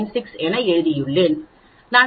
96 என எழுதியுள்ளேன்